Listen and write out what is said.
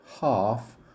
half